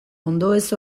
ondoez